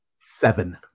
Seven